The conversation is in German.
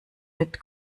mit